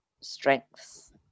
strengths